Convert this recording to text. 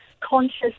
conscious